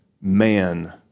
man